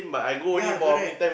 ya correct